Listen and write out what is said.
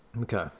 okay